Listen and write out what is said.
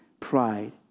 pride